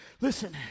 Listen